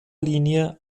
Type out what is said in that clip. linie